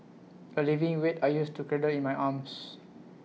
A leaving weight I used to cradle in my arms